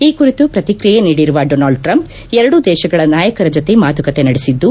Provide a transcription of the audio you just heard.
ಈ ಕುರಿತು ಪ್ರಕ್ರಿಯೆ ನೀಡಿರುವ ಡೊನಾಲ್ಡ್ ಟ್ರಂಪ್ ಎರಡೂ ದೇಶಗಳ ನಾಯಕರ ಜತೆ ಮಾತುಕತೆ ನಡೆಸಿದ್ದು